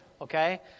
okay